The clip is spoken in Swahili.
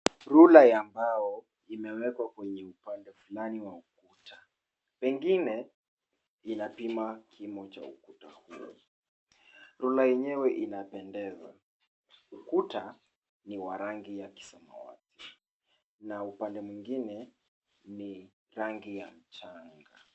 Rula ya mbao imewekwa kwenye upande fulani wa ukuta. Pengine, inapima kipimo cha ukuta huo. Rula yenyewe inapendeza. Ukuta ni wa rangi ya kisamawati na upande mwingine ni rangi ya mchanga.